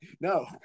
No